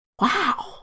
Wow